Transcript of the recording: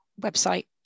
website